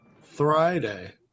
Friday